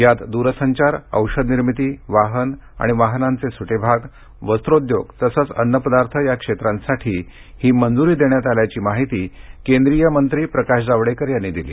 यात द्रसंचार औषध निर्मिती वाहन आणि वाहनांचे सूटे भाग वस्त्रोद्योग तसंच अन्नपदार्थ या क्षेत्रांसाठी ही मंजूरी देण्यात आल्याची माहिती केंद्रीय मंत्री प्रकाश जावडेकर यांनी दिली